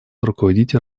руководите